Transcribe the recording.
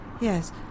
Yes